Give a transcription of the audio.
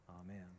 Amen